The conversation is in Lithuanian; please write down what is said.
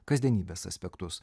kasdienybės aspektus